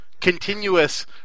continuous